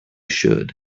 should